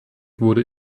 wurde